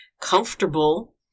comfortable